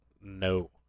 No